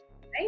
right